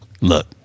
look